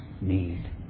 need